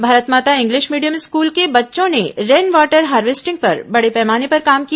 Bharat Mata English medium school के बच्चों ने रेन वाटर हार्वेस्टिंग पर बड़े पैमाने पर काम किया